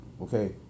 Okay